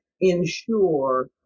ensure